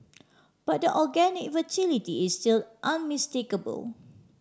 but the organic vitality is still unmistakable